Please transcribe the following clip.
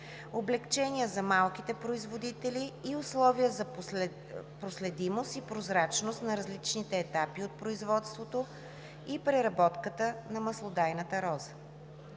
облекчения за малките производители и условия за проследимост и прозрачност на различни етапи от производството и преработката на маслодайната роза.